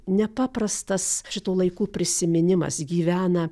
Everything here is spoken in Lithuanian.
nepaprastas šitų laikų prisiminimas gyvena